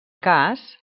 cas